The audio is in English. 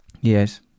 Yes